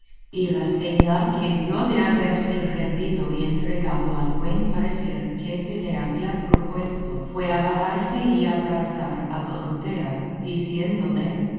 y la señal que dio de haberse rendido y entregado al buen parecer que se le había propuesto fue abajarse y abrazar a dorotea diciéndole